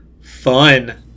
fun